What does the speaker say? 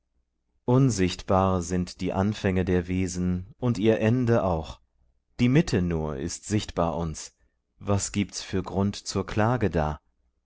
unsichtbar sind die anfänge der wesen und ihr ende auch die mitte nur ist sichtbar uns was gibt's für grund zur klage da